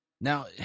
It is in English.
Now